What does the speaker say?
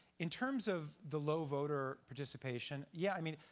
in terms of the low voter participation, yeah, i mean,